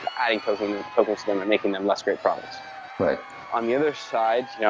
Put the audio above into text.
adding tokens tokens to them and making them less great products on the other side, you know